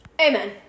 Amen